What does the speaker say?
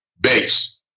base